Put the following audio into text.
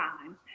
time